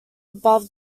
above